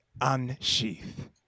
Unsheath